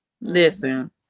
Listen